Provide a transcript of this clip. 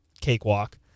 cakewalk